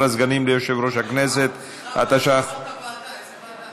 לאיזה ועדה זה עבר?